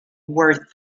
worth